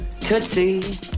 tootsie